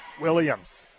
Williams